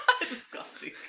Disgusting